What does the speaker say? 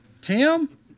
Tim